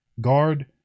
guard